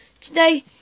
Today